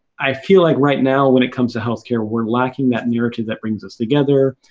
i feel like, right now, when it comes to healthcare, we're lacking that narrative that brings us together.